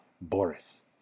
Boris